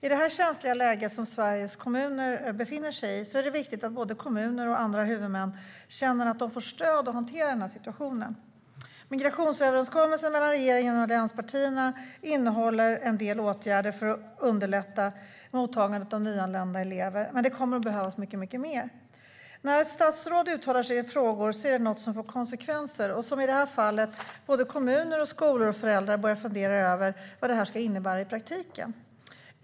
I det känsliga läge som Sveriges kommuner befinner sig i är det viktigt att både kommuner och andra huvudmän känner att de får stöd för att hantera denna situation. Migrationsöverenskommelsen mellan regeringen och allianspartierna innehåller en del åtgärder för att underlätta mottagandet av nyanlända elever, men det kommer att behövas mycket mer. När ett statsråd uttalar sig i frågor får det konsekvenser som i det här fallet. Kommuner, skolor och föräldrar har börjat fundera över vad det innebär i praktiken.